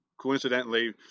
coincidentally